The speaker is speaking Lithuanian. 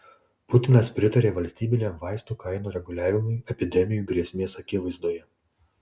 putinas pritarė valstybiniam vaistų kainų reguliavimui epidemijų grėsmės akivaizdoje